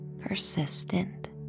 persistent